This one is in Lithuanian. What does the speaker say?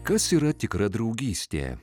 kas yra tikra draugystė